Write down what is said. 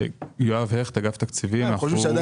אני חושב שזה מאז